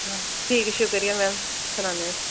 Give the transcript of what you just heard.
ठीक ऐ शुक्रिया मैम सनाने आस्तै